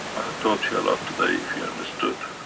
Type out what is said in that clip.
i have taught you a lot today if you understood